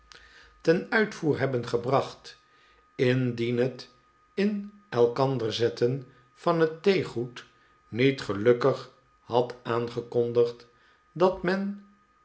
ten uitvoer hebben gebracht indien het in elkahder zetten van het theegoed niet gelukkig had aangekondigd dat men